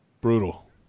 Brutal